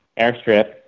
airstrip